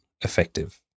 effective